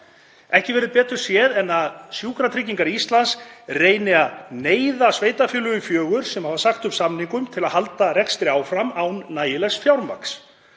Ekki verður betur séð en að Sjúkratryggingar Íslands reyni að neyða sveitarfélögin fjögur sem hafa sagt upp samningum til að halda rekstri áfram án nægilegs fjármagns.